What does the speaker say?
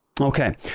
Okay